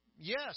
yes